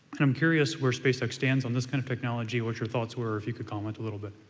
and i'm curious where spacex stands on this kind of technology, what your thoughts were, or if you could comment a little bit.